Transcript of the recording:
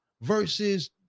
versus